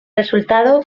resultado